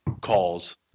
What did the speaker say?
calls